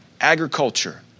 agriculture